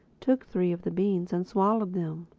took three of the beans and swallowed them.